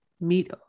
meet